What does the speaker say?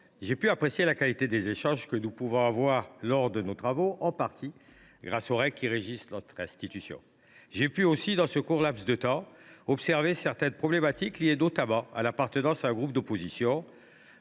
j’ai pu apprécier la qualité des échanges que nous avons lors de nos différents travaux, en partie grâce aux règles qui régissent le fonctionnement de notre institution. J’ai pu aussi, durant ce court laps de temps, observer certaines problématiques liées notamment à l’appartenance à un groupe d’opposition.